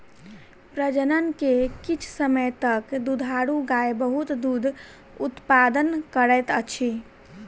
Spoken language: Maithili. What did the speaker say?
प्रजनन के किछ समय तक दुधारू गाय बहुत दूध उतपादन करैत अछि